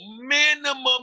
minimum